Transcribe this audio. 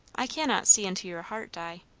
i cannot see into your heart, di.